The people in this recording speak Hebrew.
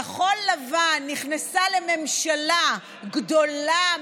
כחול לבן נכנסה לממשלה גדולה,